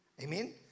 amen